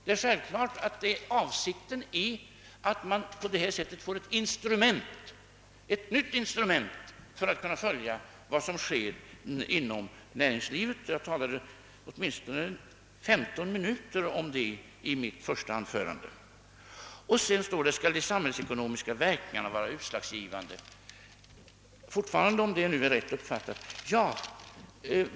Det är självklart att avsikten är att man på detta sätt får ett nytt instrument för att kunna följa vad som sker inom näringslivet. Jag talade åtminstone femton minuter om denna sak i mitt första anförande. Därefter står: Skall de samhällsekonomiska verkningarna vara utslagsgivande?